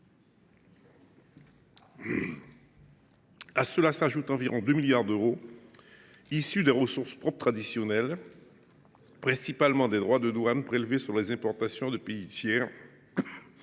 À cela s’ajoutent environ 2 milliards d’euros issus des ressources propres traditionnelles, principalement des droits de douane prélevés sur les importations de pays tiers,